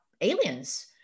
aliens